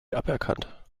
aberkannt